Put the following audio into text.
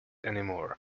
anymore